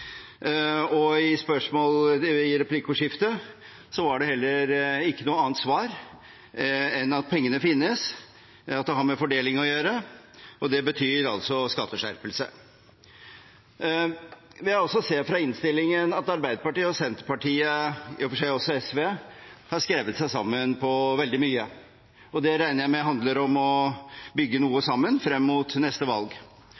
heller ikke noe annet svar enn at pengene finnes, at det har med fordeling å gjøre, og det betyr altså skatteskjerpelse. Vi kan også se av innstillingen at Arbeiderpartiet og Senterpartiet, i og for seg også SV, har skrevet seg sammen på veldig mye, og det regner jeg med handler om å bygge noe sammen frem mot neste valg.